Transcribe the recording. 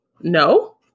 No